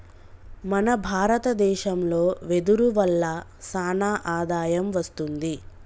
మన భారత దేశంలో వెదురు వల్ల సానా ఆదాయం వస్తుంది